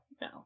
no